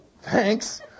Thanks